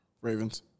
Ravens